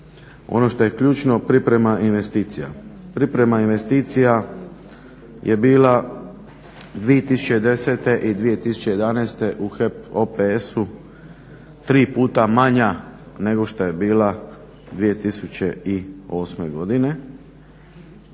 Ono što je ključno priprema investicija, priprema investicija je bila 2010. i 2011. u HEP OPS-u 3 puta manja nego što je bila 2008. godine.